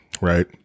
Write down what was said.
Right